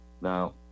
Now